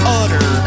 utter